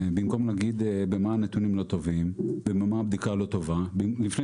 במקום להגיד במה הנתונים לא טובים ובמה הבדיקה לא טובה לפני